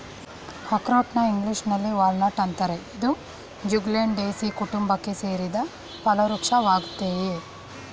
ಅಖ್ರೋಟ್ನ ಇಂಗ್ಲೀಷಿನಲ್ಲಿ ವಾಲ್ನಟ್ ಅಂತಾರೆ ಇದು ಜ್ಯೂಗ್ಲಂಡೇಸೀ ಕುಟುಂಬಕ್ಕೆ ಸೇರಿದ ಫಲವೃಕ್ಷ ವಾಗಯ್ತೆ